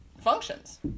functions